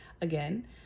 Again